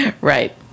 Right